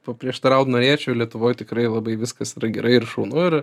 paprieštaraut norėčiau lietuvoj tikrai labai viskas gerai ir šaunu yra